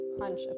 hunch